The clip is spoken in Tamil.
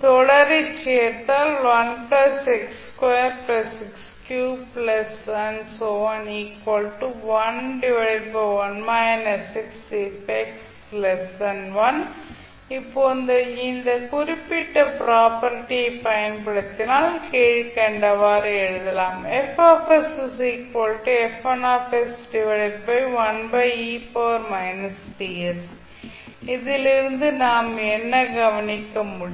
தொடரைச் சேர்த்தால் if |x| 1 இப்போது இந்த குறிப்பிட்ட ப்ராப்பர்ட்டி பயன்படுத்தினால் கீழ்கண்டவாறு எழுதலாம் இதிலிருந்து நாம் என்ன கவனிக்க முடியும்